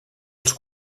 els